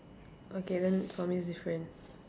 okay then for me is different